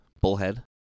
Bullhead